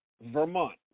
Vermont